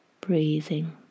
breathing